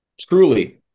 truly